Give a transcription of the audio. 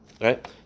right